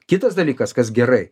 kitas dalykas kas gerai